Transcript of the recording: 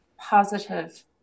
positive